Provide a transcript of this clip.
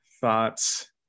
thoughts